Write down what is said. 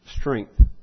strength